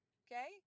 okay